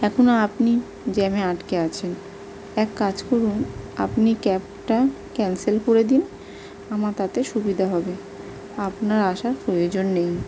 এখনো আপনি জ্যামে আটকে আছেন এক কাজ করুন আপনি ক্যাবটা ক্যানসেল করে দিন আমার তাতে সুবিধা হবে আপনার আসার প্রয়োজন নেই